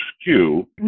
skew